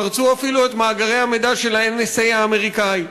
פרצו אפילו את מאגרי המידע של ה-NSA האמריקני,